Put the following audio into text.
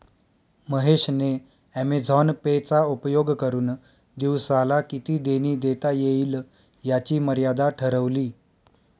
महेश ने Amazon Pay चा उपयोग करुन दिवसाला किती देणी देता येईल याची मर्यादा ठरवली